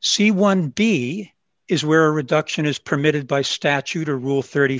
c one d is where reduction is permitted by statute or rule thirty